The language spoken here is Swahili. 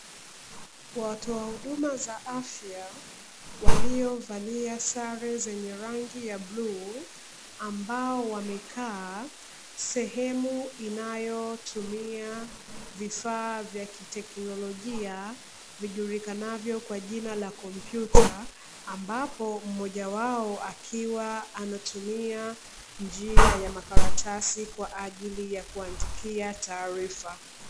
Watoa huduma wa afya waliovalia sare zenye rangi ya bluu, ambao wamekaa sehemu inayotumia vifaa vya teknolojia kwa jina la kompyuta, ambapo mmoja wao akiwa anatumia njia ya makaratasi kwa ajili ya kuandikia taarifa.